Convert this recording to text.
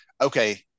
Okay